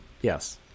Yes